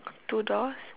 two doors